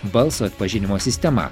balso atpažinimo sistema